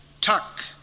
tuck